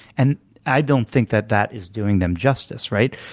and i don't think that that is doing them justice, right?